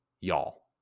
Y'all